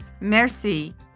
merci